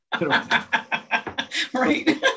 Right